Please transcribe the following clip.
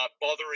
bothering